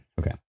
Okay